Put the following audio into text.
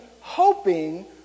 hoping